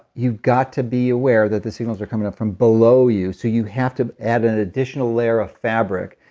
you've got to be aware that the signals are coming up from below you, so you have to add an additional layer of fabric.